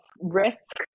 risk